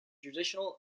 traditional